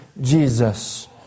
Jesus